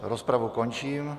Rozpravu končím.